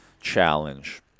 challenge